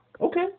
okay